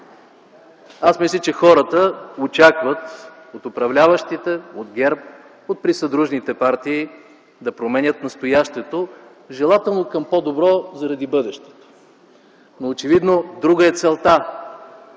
Аз мисля, че хората очакват от управляващите, от ГЕРБ, от присъдружните партии да променят настоящето – желателно към по-добро, заради бъдещето. Очевидно друга е целта